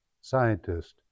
scientist